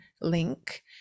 link